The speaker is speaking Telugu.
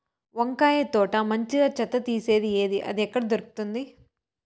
వంకాయ తోట మంచిగా చెత్త తీసేది ఏది? అది ఎక్కడ దొరుకుతుంది?